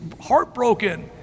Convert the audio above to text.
heartbroken